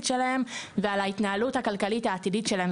שלהם ועל ההתנהלות הכלכלית העתידית שלהם.